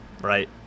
right